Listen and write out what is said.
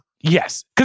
Yes